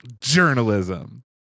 journalism